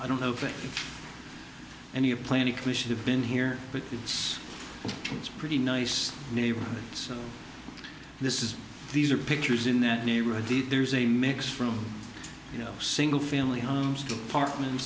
i don't know of any a planning commission have been here but it's true it's pretty nice neighborhoods this is these are pictures in that neighborhood there's a mix from you know single family homes apartments